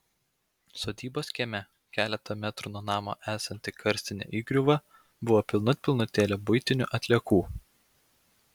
sodybos kieme keletą metrų nuo namo esanti karstinė įgriuva buvo pilnut pilnutėlė buitinių atliekų